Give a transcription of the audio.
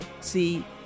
See